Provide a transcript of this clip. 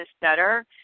better